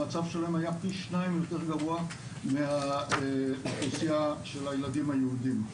המצב שלהם היה פי שניים יותר גרוע מהאוכלוסייה של הילדים היהודים.